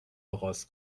آغاز